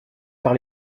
par